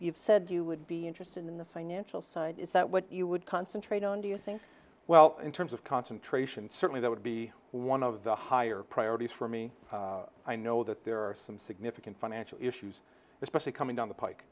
you've said you would be interested in the financial side is that what you would concentrate on do you think well in terms of concentration certainly that would be one of the higher priorities for me i know that there are some significant financial issues especially coming down the pike